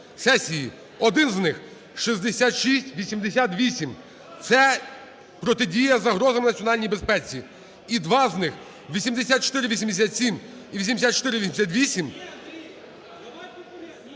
один з них 6688. Це протидія загрозам національній безпеці. І два з них 8487 і 8488…